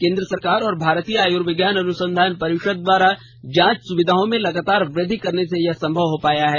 केन्द्र सरकार और भारतीय आयुर्विज्ञान अनुसंधान परिषद द्वारा जांच सुविधाओं में लगातार वृद्वि करने से यह संभव हो पाया है